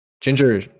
ginger